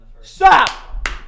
Stop